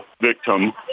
victim